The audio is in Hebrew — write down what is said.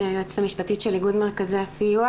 אני היועצת המשפטית של איגוד מרכזי הסיוע